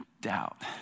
doubt